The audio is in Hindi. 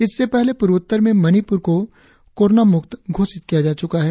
इससे पहले पूर्वोत्तर में मणिप्र को कोरोना मुक्त घोषित किया जा चुका है